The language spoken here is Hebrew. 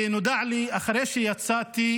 ונודע לי אחרי שיצאתי